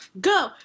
go